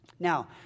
Now